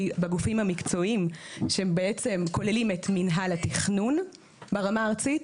כי בגופים המקצועיים שהם בעצם כוללים את מינהל התכנון ברמה הארצית,